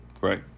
Right